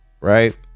Right